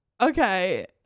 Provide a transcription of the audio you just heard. Okay